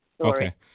Okay